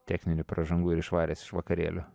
techninių pražangų ir išvaręs iš vakarėlio